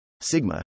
sigma